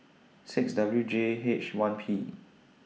six W J H one P